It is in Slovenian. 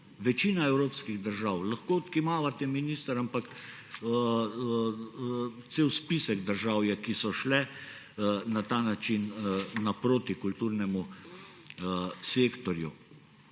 Večina evropskih držav. Lahko odkimavate, minister, ampak cel spisek držav je, ki so šle na ta način naproti kulturnemu sektorju.